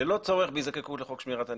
ללא צורך והזדקקות לחוק שמירת הניקיון.